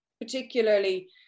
particularly